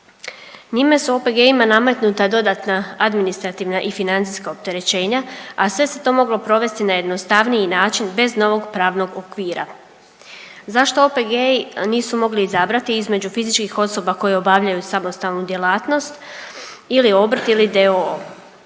Njime su OPG-ima nametnuta dodatna administrativna i financijska opterećenja, a sve se to moglo provesti na jednostavniji način bez novog pravnog okvira. Zašto OPG-i nisu mogli izabrati između fizičkih osoba koje obavljaju samostalnu djelatnost ili obrt ili d.o.o.?